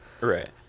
Right